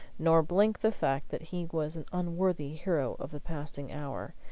nor blink the fact that he was an unworthy hero of the passing hour.